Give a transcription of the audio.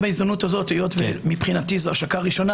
היות ומבחינתי זו השקה ראשונה,